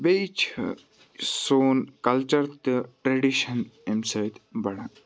بیٚیہِ چھِ سون کَلچَر تہٕ ٹریڈِشَن امہِ سۭتۍ بَڑان